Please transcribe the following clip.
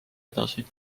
edasi